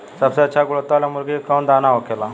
सबसे अच्छा गुणवत्ता वाला मुर्गी के कौन दाना होखेला?